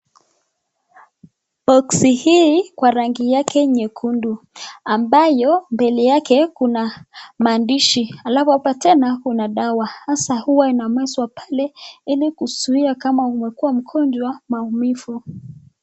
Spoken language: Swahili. Sanduku hili kwa rangi yake nyekundu, ambayo mbele yake kuna maandishi, alafu hapo tena kuna dawa. Hasa huwa inamezwa pale ili kuzuia kama umekuwa mgonjwa maumivu.